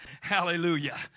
hallelujah